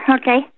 Okay